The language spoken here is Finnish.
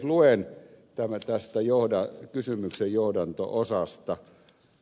luen kysymyksen johdanto osasta pätkän